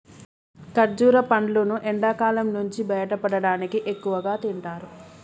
ఖర్జుర పండ్లును ఎండకాలం నుంచి బయటపడటానికి ఎక్కువగా తింటారు